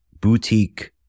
boutique